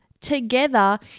together